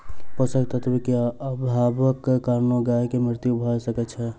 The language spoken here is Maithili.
पोषक तत्व के अभावक कारणेँ गाय के मृत्यु भअ सकै छै